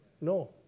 No